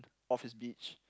of his beach